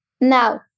Now